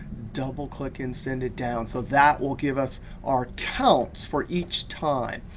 double click and send it down. so that will give us our counts for each time.